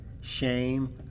shame